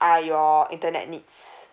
are your internet needs